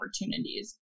opportunities